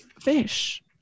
Fish